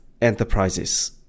Enterprises